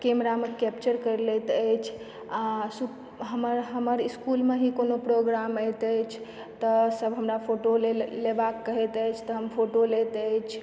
केमरामऽ capture करि लैत अछि आ शु हमर हमर इस्कूलमऽ ही कोनो प्रोग्राम होइत अछि तऽ सभ हमरा फोटो लेल लेबाक कहैत अछि तऽ हम फोटो लैत अछि